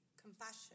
compassion